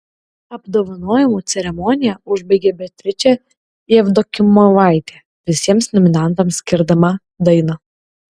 apdovanojimų ceremoniją užbaigė beatričė jevdokimovaitė visiems nominantams skirdama dainą